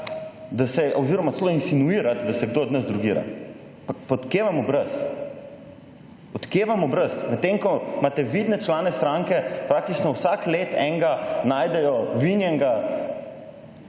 da se je oziroma celo insinuirati, da se kdo od nas drogira. Pa od kje vam obraz. Od kje vam obraz. Medtem, ko imate vidne člane stranke praktično vsako leto enega najdejo vinjenega,